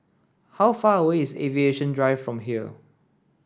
how far away is Aviation Drive from here